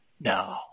No